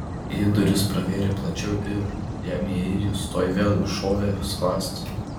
ji duris pravėrė plačiau ir jam įėjus tuoj vėl užšovė skląstį